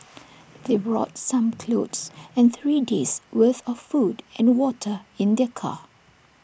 they brought some clothes and three days' worth of food and water in their car